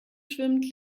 schwimmt